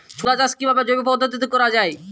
ছোলা চাষ কিভাবে জৈব পদ্ধতিতে করা যায়?